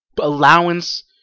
allowance